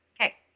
okay